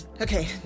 Okay